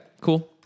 cool